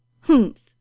Humph